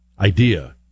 Idea